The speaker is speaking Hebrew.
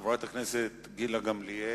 של חברת הכנסת גילה גמליאל: